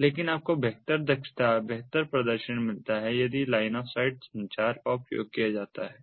लेकिन आपको बेहतर दक्षता बेहतर प्रदर्शन मिलता है यदि लाइन आफ साइट संचार का उपयोग किया जाता है